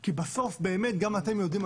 כי בסוף גם אתם יודעים,